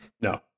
no